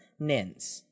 Nins